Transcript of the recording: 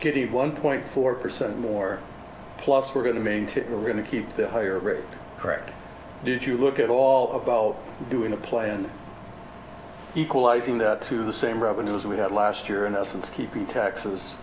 getting one point four percent more plus we're going to maintain we're going to keep the higher correct did you look at all about doing a play and equalizing that to the same revenue as we had last year in essence keeping taxes